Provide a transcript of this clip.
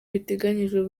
biteganyijwe